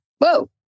Whoa